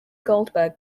goldberg